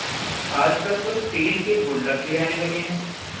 आजकल तो स्टील के गुल्लक भी आने लगे हैं